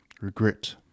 regret